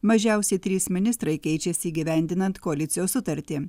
mažiausiai trys ministrai keičiasi įgyvendinant koalicijos sutartį